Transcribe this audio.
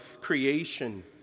creation